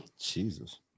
Jesus